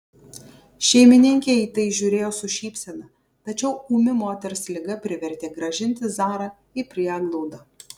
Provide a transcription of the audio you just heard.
šeimininkė į tai žiūrėjo su šypsena tačiau ūmi moters liga privertė grąžinti zarą į prieglaudą